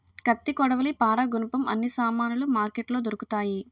కత్తి కొడవలి పారా గునపం అన్ని సామానులు మార్కెట్లో దొరుకుతాయి